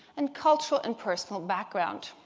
and cultural and personal background.